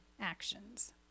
actions